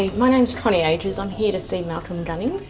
my name's connie agius. i'm here to see malcolm gunning.